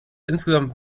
insgesamt